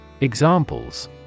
Examples